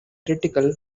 critical